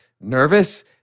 nervous